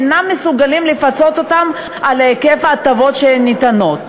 איננו מסוגלים לפצות אותם על היקף ההטבות שניתנות?